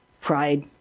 Pride